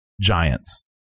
Giants